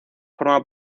forma